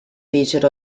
featured